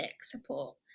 support